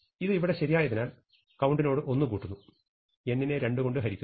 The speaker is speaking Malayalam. ഇത് ഇവിടെ ശരിയായതിനാൽ കൌണ്ട് നോട് 1 കൂട്ടുന്നു n നെ 2 കൊണ്ട് ഹരിക്കുന്നു